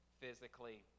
physically